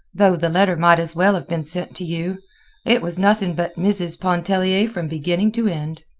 though the letter might as well have been sent to you it was nothing but mrs. pontellier from beginning to end.